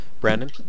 Brandon